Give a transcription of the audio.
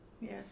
yes